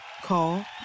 Call